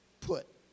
put